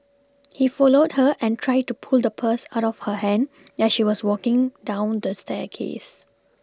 he followed her and tried to pull the purse out of her hand as she was walking down the staircase